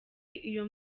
iyo